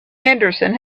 henderson